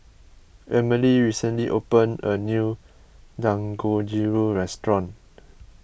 Emily recently opened a new Dangojiru restaurant